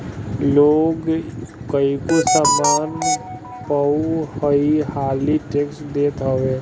लोग कईगो सामान पअ कई हाली टेक्स देत हवे